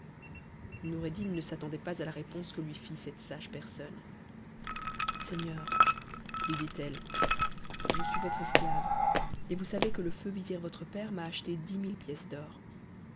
noureddin ne s'attendait pas à la réponse que lui fit cette sage personne seigneur lui dit-elle je suis votre esclave et vous savez que if feu vizir votre père m'a achetée dix mille pièces d'or